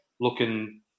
looking